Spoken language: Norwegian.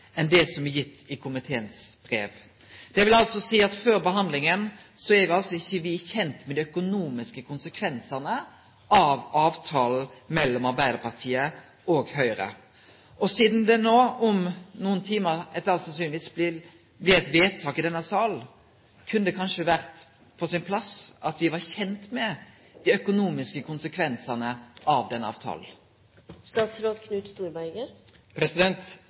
enn det som er gitt i komiteens brev.» Det vil altså seie at før behandlinga er vi ikkje kjende med dei økonomiske konsekvensane av avtalen mellom Arbeidarpartiet og Høgre. Sidan det no om nokre timar etter alt å døme vil bli eit vedtak i denne salen, kunne det kanskje vore på sin plass at me var kjende med dei økonomiske konsekvensane av denne